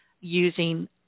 using